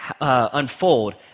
unfold